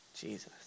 Jesus